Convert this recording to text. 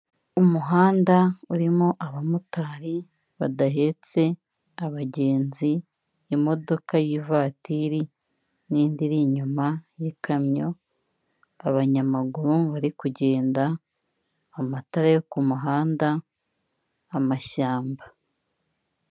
Umuhanda urimo abamotari badahetse abagenzi, imodoka y'ivatiri n'indi iri inyuma y'ikamyo, abanyamaguru bari kugenda, amatara yo ku muhanda, amashyamba.